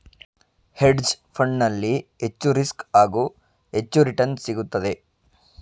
hedge fund ನಲ್ಲಿ ಹೆಚ್ಚು risk, ಹಾಗೂ ಹೆಚ್ಚು ರಿಟರ್ನ್ಸ್ ಸಿಗುತ್ತದೆ